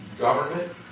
government